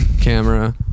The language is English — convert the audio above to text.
camera